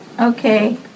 okay